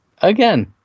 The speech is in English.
Again